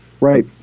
Right